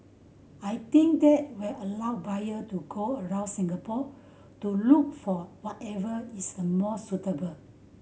I think that will allow buyer to go around Singapore to look for whatever is the more suitable